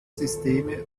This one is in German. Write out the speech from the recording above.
systeme